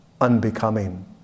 unbecoming